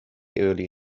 early